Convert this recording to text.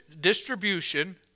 distribution